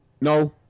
no